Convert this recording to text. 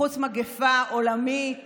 בחוץ מגפה עולמית